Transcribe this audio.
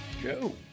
Joe